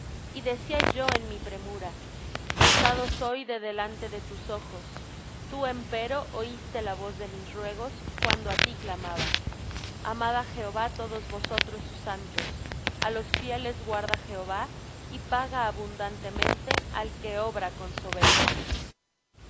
y decía yo en mi premura cortado soy de delante de tus ojos tú empero oíste la voz de mis ruegos cuando á ti clamaba amad á jehová todos vosotros sus santos a los fieles guarda jehová y paga abundantemente al que obra con soberbia